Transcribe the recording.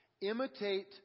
Imitate